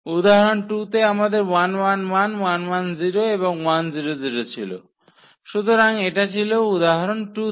উদাহরণ 2 তে আমাদের এবং ছিল সুতরাং এটা ছিল উদাহরণ 2 থেকে